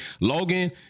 Logan